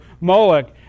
Moloch